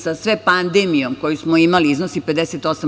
Sa sve pandemijom koju smo imali iznosi 58%